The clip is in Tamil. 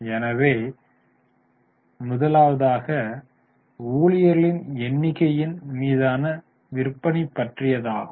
எனவே முதலாவதாக ஊழியர்களின் எண்ணிக்கையின் மீதான விற்பனை ஆகும்